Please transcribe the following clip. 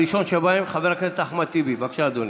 הראשון שבהם, חבר הכנסת אחמד טיבי, בבקשה, אדוני,